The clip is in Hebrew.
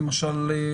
למשל,